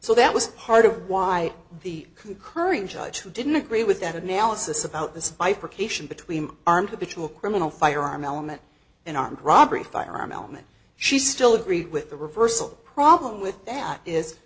so that was part of why the concurring judge who didn't agree with that analysis about this bifurcation between armed typical criminal firearm element an armed robbery firearm element she still agreed with the reversal problem with that is